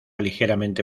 ligeramente